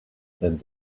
that